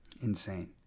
Insane